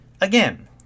again